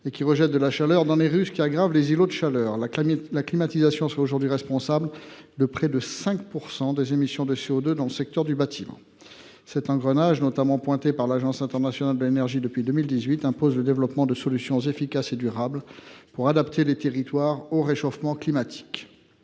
ces fluides rejettent de la chaleur dans les rues, aggravant les phénomènes d’îlots de chaleur. La climatisation serait ainsi responsable de près de 5 % des émissions de CO2 dans le secteur du bâtiment. Cet engrenage, notamment pointé par l’Agence internationale de l’énergie (AIE) depuis 2018, impose de développer des solutions efficaces et durables pour adapter les territoires au réchauffement climatique.